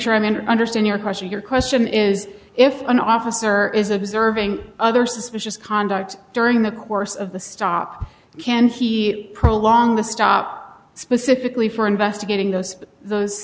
sure i'm in understand your question your question is if an officer is observing other suspicious conduct during the course of the stop can he prolong the stop specifically for investigating those those